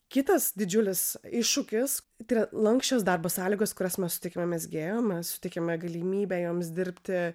kitas didžiulis iššūkis yra lanksčios darbo sąlygos kurias mes suteikiame mezgėjom suteikiame galimybę joms dirbti